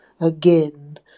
again